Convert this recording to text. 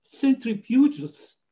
centrifuges